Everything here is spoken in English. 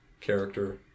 character